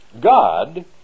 God